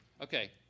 Okay